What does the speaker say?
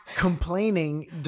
Complaining